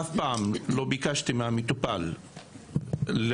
אף פעם לא ביקשתי מהמטופל להנפיק